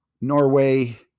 Norway